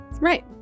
Right